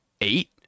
eight